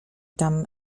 tam